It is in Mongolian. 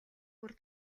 бүр